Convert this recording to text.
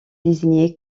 désigné